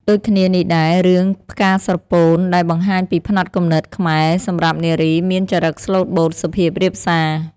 ដូចគ្នានេះដែរ រឿង «ផ្កាស្រពោន» ដែលបង្ហាញពីផ្នត់គំនិតខ្មែរស្រឡាញ់នារីមានចរិតស្លូតបូតសុភាពរាបសារ។